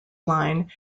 line